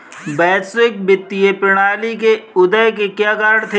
वैश्विक वित्तीय प्रणाली के उदय के क्या कारण थे?